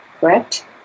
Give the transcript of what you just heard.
correct